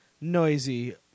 Noisy